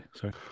Sorry